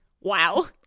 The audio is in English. Wow